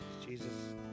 Jesus